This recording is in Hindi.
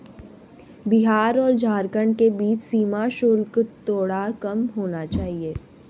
बिहार और झारखंड के बीच सीमा शुल्क थोड़ा कम होना चाहिए